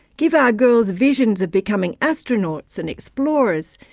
give our girls visions of becoming astronauts and explorers,